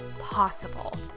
possible